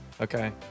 Okay